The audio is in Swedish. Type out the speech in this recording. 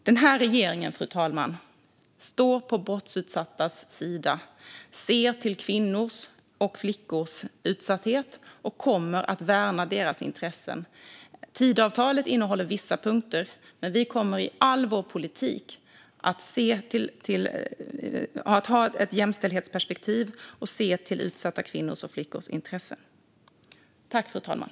Svar på interpellation Regeringen står på de brottsutsattas sida och ser kvinnors och flickors utsatthet och kommer att värna deras intressen. Tidöavtalet innehåller vissa punkter, men vi kommer i all vår politik att ha ett jämställdhetsperspektiv och värna utsatta kvinnors och flickors intressen.